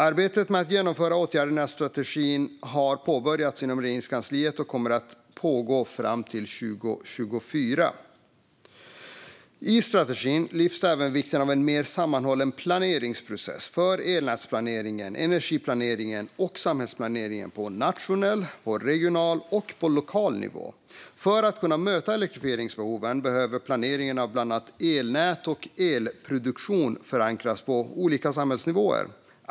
Arbetet med att genomföra åtgärderna i strategin har påbörjats inom Regeringskansliet och kommer att pågå fram till 2024. I strategin framhålls även vikten av en mer sammanhållen planeringsprocess för elnätsplaneringen, energiplaneringen och samhällsplaneringen på nationell, regional och lokal nivå. För att kunna möta elektrifieringsbehoven behöver planeringen av bland annat elnät och elproduktion förankras på olika samhällsnivåer.